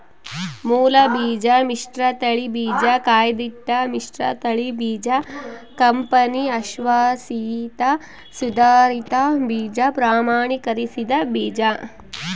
ಮೂಲಬೀಜ ಮಿಶ್ರತಳಿ ಬೀಜ ಕಾಯ್ದಿಟ್ಟ ಮಿಶ್ರತಳಿ ಬೀಜ ಕಂಪನಿ ಅಶ್ವಾಸಿತ ಸುಧಾರಿತ ಬೀಜ ಪ್ರಮಾಣೀಕರಿಸಿದ ಬೀಜ